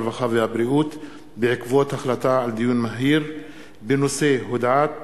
הרווחה והבריאות בעקבות דיון מהיר בנושא: הודעת